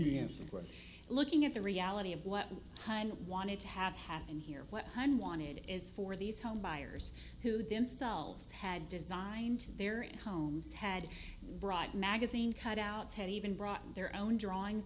and we're looking at the reality of what kind of wanted to have happen here one hundred wanted is for these home buyers who themselves had designed their homes had brought magazine cutouts had even brought their own drawings